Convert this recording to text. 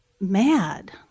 mad